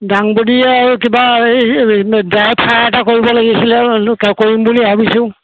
দাংবদি আৰু কিবা এই ড্ৰাই ফ্ৰাই এটা কৰিব লাগিছিলে মই বোলো কৰিম বুলি ভাবিছোঁ